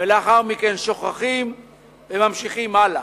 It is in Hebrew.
ולאחר מכן שוכחים וממשיכים הלאה.